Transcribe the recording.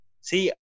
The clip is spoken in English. see